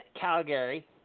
Calgary